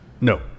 No